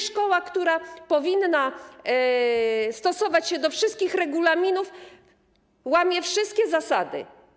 Szkoła, która powinna stosować się do wszystkich regulaminów, łamie wszystkie zasady.